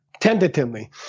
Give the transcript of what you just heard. tentatively